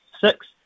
six